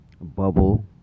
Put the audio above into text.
bubble